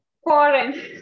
Foreign